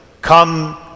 come